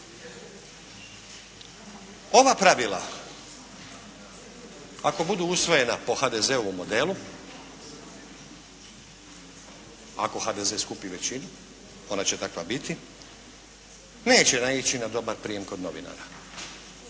Ova pravila ako budu usvojena po HDZ-ovom modelu, ako HDZ skupi većinu ona će takva biti, neće naići na dobar prijem kod novinara.